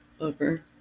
over